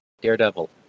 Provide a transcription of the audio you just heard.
Daredevil